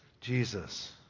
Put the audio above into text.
Jesus